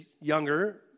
younger